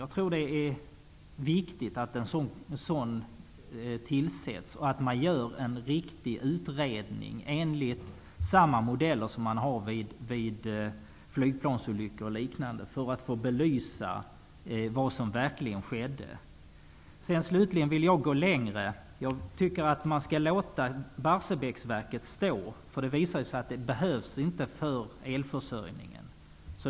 Jag tror att det är viktigt att en sådan tillsätts och att det görs en riktig utredning, enligt samma modell som används vid flygplansolyckor och liknande, som kan belysa vad som verkligen skedde. Men jag vill gå längre. Jag tycker att man skall låta Barsebäcksverket stå stilla. Det har ju visat sig att det inte behövs för elförsörjningen.